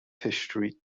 history